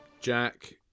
Jack